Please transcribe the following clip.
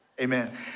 Amen